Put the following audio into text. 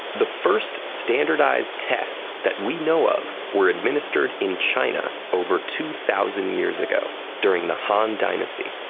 the first standardized tests that we know of were administered in china over two thousand years ago during the han dynasty.